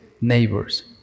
neighbors